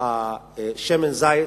שמן הזית,